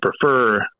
prefer